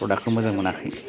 प्रदाकखौ मोजां मोनाखै